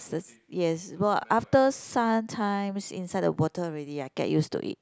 yes well after sometimes inside the water already I get used to it